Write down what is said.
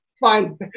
Fine